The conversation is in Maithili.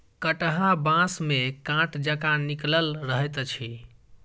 कंटहा बाँस मे काँट जकाँ निकलल रहैत अछि